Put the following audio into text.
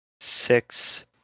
six